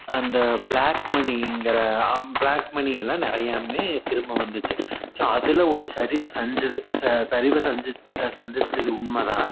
அந்த ப்ளாக் மணிங்கிற black money எல்லாம் நிறையாமே திரும்ப வந்துச்சு ஸோ அதில் ஒரு சரிவை சரிஞ்சுது ச சரிவை சஞ்சித் சந்தித்தது உண்மை தான்